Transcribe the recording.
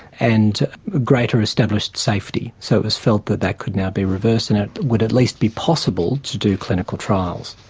and greater established safety. so it was felt that that could now be reversed, and that it would at least be possible to do clinical trials.